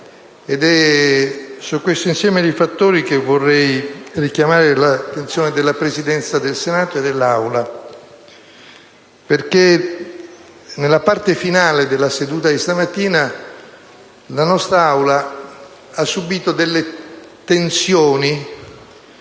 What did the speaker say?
È su questo insieme di fattori che vorrei richiamare l'attenzione della Presidenza del Senato e dell'Aula. Infatti, nella parte finale della seduta di stamattina la nostra Aula ha subito delle tensioni